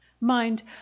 Mind